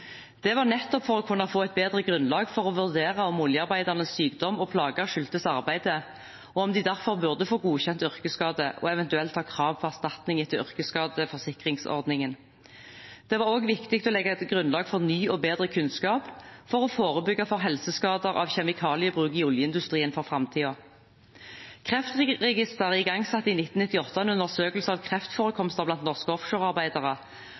Det var nettopp for å kunne få et bedre grunnlag for å vurdere om oljearbeidernes sykdom og plager skyldtes arbeidet, og om de derfor burde få godkjent yrkesskader og eventuelt ha krav på erstatning etter yrkesskadeforsikringsordningen. Det var også viktig å legge et grunnlag for ny og bedre kunnskap for å forebygge helseskader av kjemikaliebruk i oljeindustrien i framtiden. Kreftregisteret igangsatte i 1998 en undersøkelse av kreftforekomster blant norske offshorearbeidere,